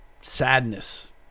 sadness